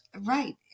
Right